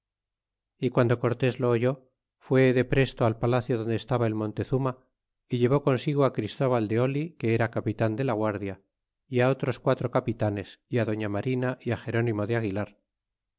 y guando cortés lo oyó tué depresto al palacio donde estaba el montezurna y llevó consigo christóbal de oli que era capitan de la guardia é á otros pairo capitanes é doña marina é á gernimo de aguilar